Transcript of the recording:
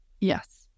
Yes